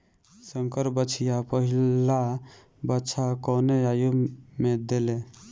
संकर बछिया पहिला बच्चा कवने आयु में देले?